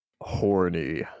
horny